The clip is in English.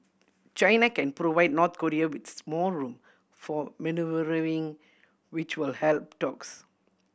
China can provide North Korea with more room for manoeuvring which will help talks